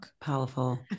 Powerful